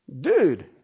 Dude